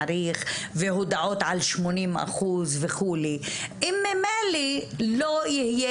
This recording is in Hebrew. מעריך והודעות על 80% וכו' אם ממילא לא יהיה